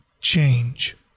change